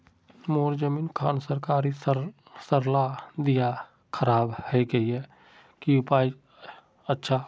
मोर जमीन खान सरकारी सरला दीया खराब है गहिये की उपाय अच्छा?